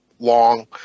long